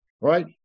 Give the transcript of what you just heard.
right